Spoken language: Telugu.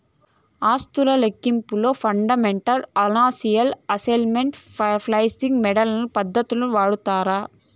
ఆస్తుల లెక్కింపులో fundamental analysis, asset pricing model పద్దతులు వాడతాండారు